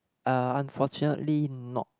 uh unfortunately not